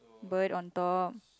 bird on top